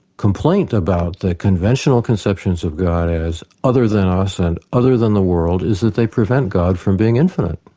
complaint about the conventional conceptions of the god as other than us and other than the world, is that they prevent god from being infinite.